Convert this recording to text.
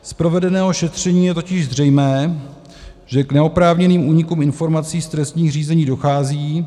Z provedeného šetření je totiž zřejmé, že k neoprávněným únikům informací z trestních řízení dochází.